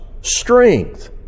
strength